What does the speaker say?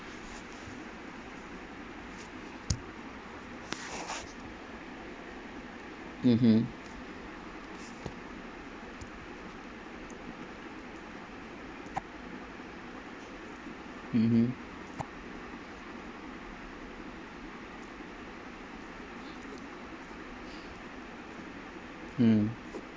mmhmm mmhmm mm